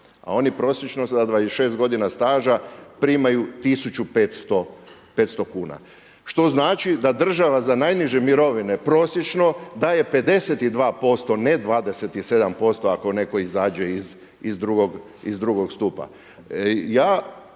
a oni prosječno za 26 godina staža primaju 1500 kuna što znači da država za najniže mirovine prosječno daje 52% ne 27% ako netko izađe iz drugog stupa.